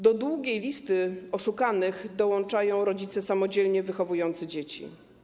Do długiej listy oszukanych dołączają rodzice samodzielnie wychowujący dzieci.